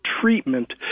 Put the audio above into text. treatment